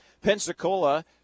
Pensacola